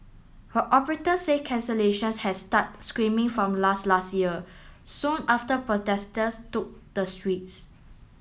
but operators said cancellations had started screaming from last last year soon after protesters took the streets